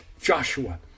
Joshua